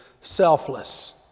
selfless